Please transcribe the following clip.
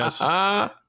yes